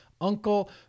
uncle